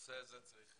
שבנושא הזה אני